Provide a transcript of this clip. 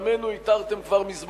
ואת דמנו התרתם כבר מזמן.